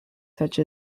such